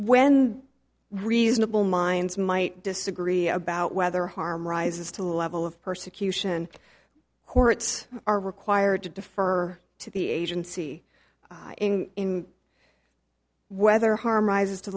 when reasonable minds might disagree about whether harm rises to a level of persecution courts are required to defer to the agency in whether harm rises to